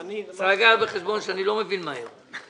אתה צריך לקחת בחשבון שאני לא מבין מהר.